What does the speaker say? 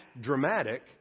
dramatic